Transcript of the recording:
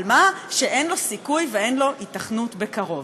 אבל מה, אין לו סיכוי ואין לו היתכנות בקרוב.